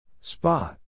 Spot